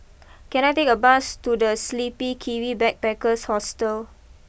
can I take a bus to the Sleepy Kiwi Backpackers Hostel